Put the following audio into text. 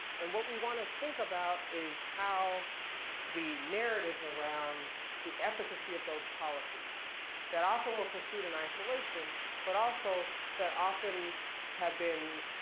and what we wanna think about is how the narratives around the efficacy of those policies that often were pursued in isolation but also that often have been